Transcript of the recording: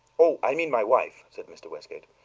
oh, i mean my wife, said mr. westgate.